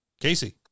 casey